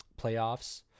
playoffs